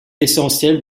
essentielle